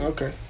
Okay